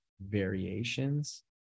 variations